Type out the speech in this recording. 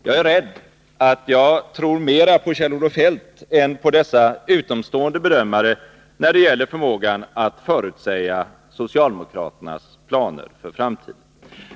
Jag är rädd att jag tror mera på Kjell-Olof Feldt än på dessa utomstående bedömare när det gäller förmågan att förutsäga socialdemokraternas planer för framtiden.